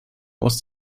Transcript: was